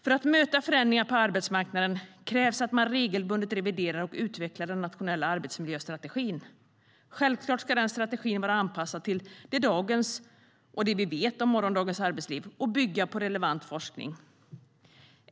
För att möta förändringar på arbetsmarknaden krävs att man regelbundet reviderar och utvecklar den nationella arbetsmiljöstrategin. Självklart ska den strategin vara anpassad till dagens arbetsliv och det vi vet om morgondagens arbetsliv samt bygga på relevant forskning.